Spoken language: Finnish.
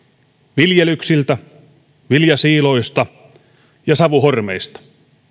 viljelyksiltä viljasiiloista ja savuhormeista